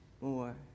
more